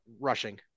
Rushing